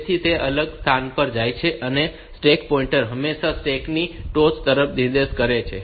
તેથી તે આગલા સ્થાન પર જાય છે અને સ્ટેક પોઇન્ટર હંમેશા સ્ટેક ની ટોચ તરફ નિર્દેશ કરે છે